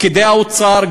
פקידי האוצר,